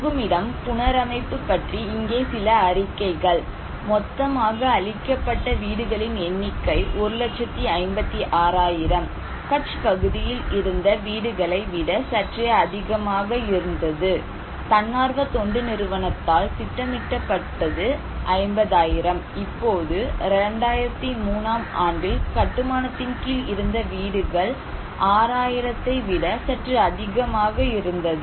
தங்குமிடம் புனரமைப்பு பற்றி இங்கே சில அறிக்கைகள் மொத்தமாக அழிக்கப்பட்ட வீடுகளின் எண்ணிக்கை 156000 கட்ச் பகுதியில் இருந்த வீடுகளை விட சற்றே அதிகமாக இருந்தது தன்னார்வ தொண்டு நிறுவனத்தால் திட்டமிடப்பட்டது 50000 இப்போது 2003 ஆம் ஆண்டில் கட்டுமானத்தின் கீழ் இருந்த வீடுகள் 6000 ஐ விட சற்று அதிகமாக இருந்தது